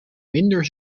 minder